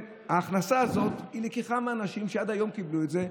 ההכנסה הזאת נלקחה מאנשים שעד היום קיבלו את זה,